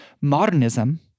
Modernism